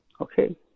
Okay